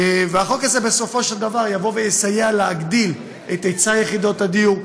והחוק הזה בסופו של דבר יסייע להגדיל את היצע יחידות הדיור,